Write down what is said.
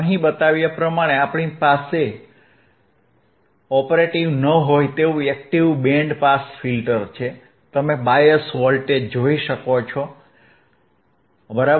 અહીં બતાવ્યા પ્રમાણે આપણી પાસે ઓપરેટીવ ન હોય તેવું એક્ટીવ બેન્ડ પાસ ફિલ્ટર છે તમે બાયસ વોલ્ટેજ જોઈ શકો છો બરાબર